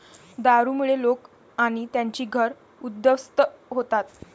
दारूमुळे लोक आणि त्यांची घरं उद्ध्वस्त होतात